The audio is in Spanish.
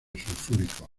sulfúrico